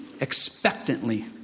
expectantly